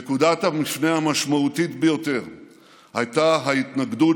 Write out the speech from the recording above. נקודת המפנה המשמעותית ביותר הייתה ההתנגדות